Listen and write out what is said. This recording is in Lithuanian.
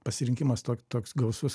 pasirinkimas tok toks gausus